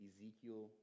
Ezekiel